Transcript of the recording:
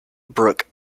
brook